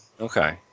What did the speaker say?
okay